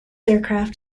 aircraft